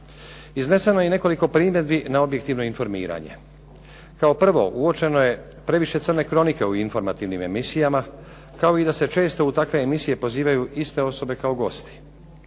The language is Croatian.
Izneseno je i nekoliko primjedbi na objektivno informiranje. Kao prvo uočeno je previše crne kronike u informativnim emisijama kao i da se često u takve emisije pozivaju iste osobe kao gosti.